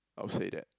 I would say that